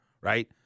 Right